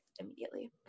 immediately